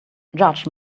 judge